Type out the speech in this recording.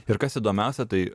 ir kas įdomiausia tai